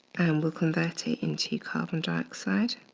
and will convert it into carbon dioxide